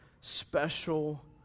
special